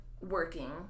working